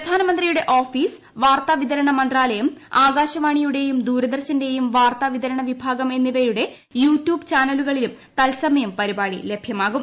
പ്രധാനമന്ത്രിയുടെ ഓഫീസ് വാർത്താ വിതരണ മന്ത്രാലയം ആകാശവാണി യുടെയും ദൂരദർശന്റെയും വാർത്താ വിതരണ വിഭാഗം എന്നിവയുടെ യൂടൂബ് ചാനലുകളിലും തത്സമയം പരിപാടി ലഭ്യമാകും